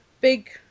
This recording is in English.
big